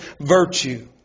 virtue